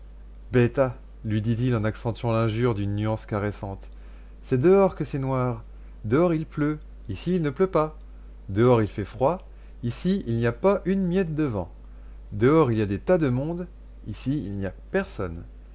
lui dit-il en accentuant l'injure d'une nuance caressante c'est dehors que c'est noir dehors il pleut ici il ne pleut pas dehors il fait froid ici il n'y a pas une miette de vent dehors il y a des tas de monde ici il n'y a personne